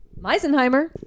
Meisenheimer